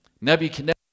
Nebuchadnezzar